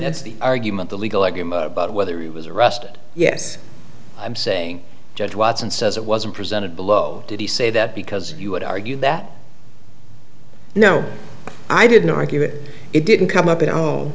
that's the argument the legal argument about whether he was arrested yes i'm saying judge watson says it wasn't presented below did he say that because you would argue that no i didn't argue that it didn't come up at home